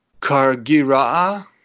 Kargira